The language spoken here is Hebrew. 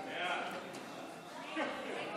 ההצעה להעביר